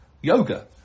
Yoga